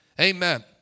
Amen